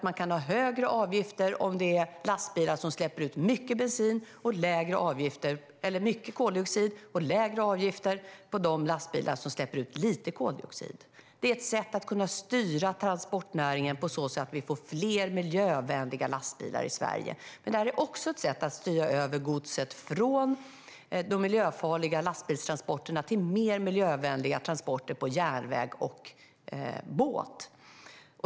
Man kan ha högre avgifter om det är lastbilar som släpper ut mycket koldioxid och lägre avgifter på de lastbilar som släpper ut lite koldioxid. Det är ett sätt att kunna styra transportnäringen så att vi får fler miljövänliga lastbilar i Sverige. Det är också ett sätt att styra över godset från de miljöfarliga lastbilstransporterna till mer miljövänliga transporter på järnväg och båt.